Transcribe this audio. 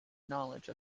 knowledge